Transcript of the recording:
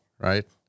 right